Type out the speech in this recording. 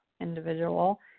individual